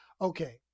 Okay